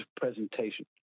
presentation